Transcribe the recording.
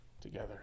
together